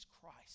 Christ